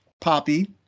Poppy